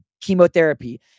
chemotherapy